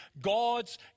God's